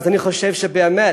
אז אני חושב שבאמת